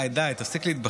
התשפ"ד 2023, אושרה בקריאה